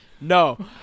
No